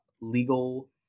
legal